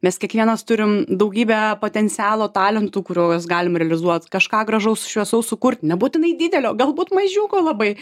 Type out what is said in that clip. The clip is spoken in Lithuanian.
mes kiekvienas turim daugybę potencialo talentų kuriuos galima realizuot kažką gražaus šviesaus sukurt nebūtinai didelio galbūt mažiuko labai